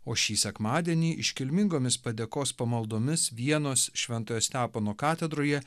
o šį sekmadienį iškilmingomis padėkos pamaldomis vienos šventojo stepono katedroje